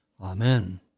Amen